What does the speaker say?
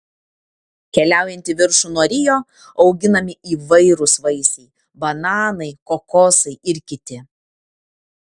keliaujant į viršų nuo rio auginami įvairūs vaisiai bananai kokosai ir kiti